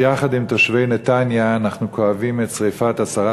יחד עם תושבי נתניה אנחנו כואבים את שרפת עשרה